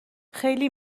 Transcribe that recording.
خیلی